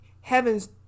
heaven's